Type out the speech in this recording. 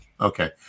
Okay